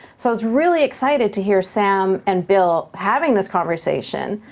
so i was really excited to hear sam and bill having this conversation,